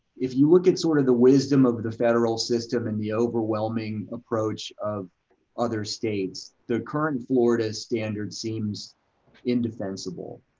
if you look at sort of the wisdom of the federal system and the overwhelming approach of other states, the current florida standard seems indefensible.